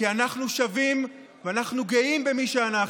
כי אנחנו שווים, ואנחנו גאים במי שאנחנו.